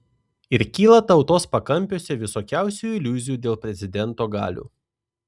ir kyla tautos pakampiuose visokiausių iliuzijų dėl prezidento galių